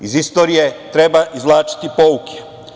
Iz istorije treba izvlačiti pouke.